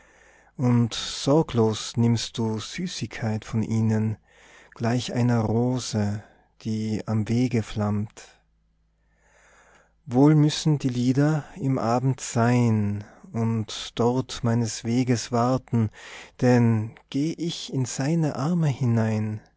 und sorglos nimmst du süßigkeit von ihnen gleich einer rose die am wege flammt wohl müssen die lieder im abend sein und dort meines weges warten denn geh ich in seine arme hinein